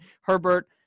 Herbert